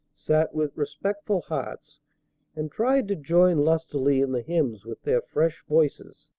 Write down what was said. sat with respectful hearts and tried to join lustily in the hymns with their fresh voices.